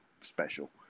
special